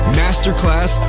masterclass